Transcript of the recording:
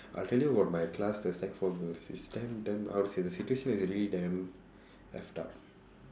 I'll tell you about my class the sec four girls it's damn damn how to say the situation is really damn effed up